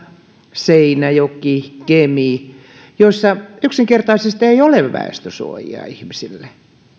seinäjokea kemiä joissa yksinkertaisesti ei ole väestönsuojia ihmisille